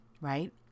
right